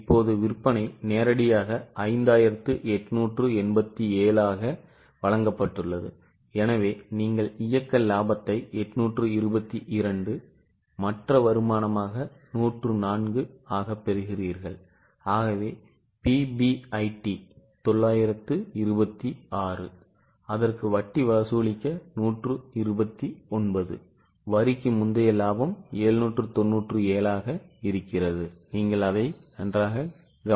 இப்போது விற்பனை நேரடியாக 5887 ஆக வழங்கப்பட்டுள்ளது எனவே நீங்கள் இயக்க லாபத்தை 822 மற்ற வருமானமாக 104 ஆகப் பெறுகிறீர்கள் ஆகவே PBIT 926 அதற்கு வட்டி வசூலிக்க 129 வரிக்கு முந்தைய லாபம் 797